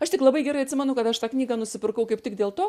aš tik labai gerai atsimenu kad aš tą knygą nusipirkau kaip tik dėl to